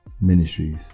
ministries